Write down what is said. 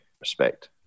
respect